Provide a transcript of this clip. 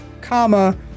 comma